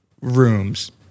rooms